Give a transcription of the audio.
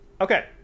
okay